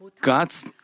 God's